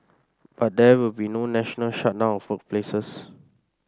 but there will be no national shutdown of workplaces